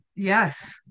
Yes